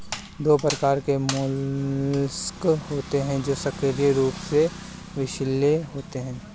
दो प्रकार के मोलस्क होते हैं जो सक्रिय रूप से विषैले होते हैं